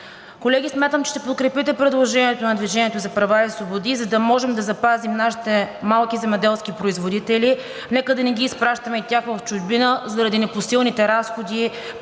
Колеги, смятам, че ще подкрепите предложението на „Движение за права и свободи“, за да можем да запазим нашите малки земеделски производители. Нека да не ги изпращаме и тях в чужбина заради непосилните разходи